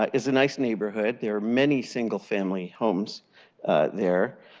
ah it's a nice neighborhood, there are many single-family homes there.